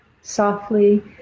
softly